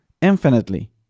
infinitely